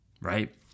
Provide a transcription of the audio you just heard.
right